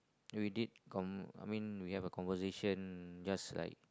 then we did con~ I mean we have a conversation just like